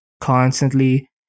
constantly